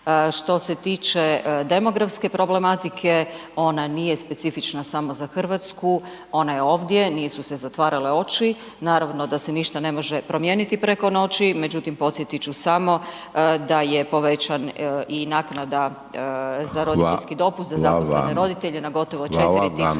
Što se tiče demografske problematike, ona nije specifična samo za Hrvatsku, ona je ovdje, nisu se zatvarale oči, naravno da se ništa ne može promijeniti preko noći, međutim podsjetit ću samo da je povećana i naknada za roditeljski dopust za zaposlene roditelje na gotovo 4000